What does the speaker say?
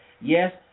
yes